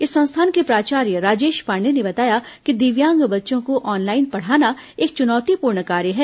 इस संस्थान के प्राचार्य राजेश पांडेय ने बताया कि दिव्यांग बच्चों को ऑनलाइन पढ़ाना एक चुनौतीपूर्ण कार्य है